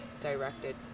directed